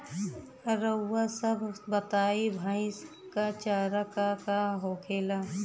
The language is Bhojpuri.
रउआ सभ बताई भईस क चारा का का होखेला?